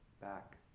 back